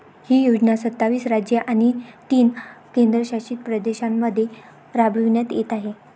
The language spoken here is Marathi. ही योजना सत्तावीस राज्ये आणि तीन केंद्रशासित प्रदेशांमध्ये राबविण्यात येत आहे